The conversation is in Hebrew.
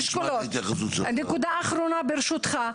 נקודה אחרונה, ברשותך.